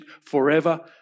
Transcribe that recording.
forever